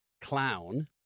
clown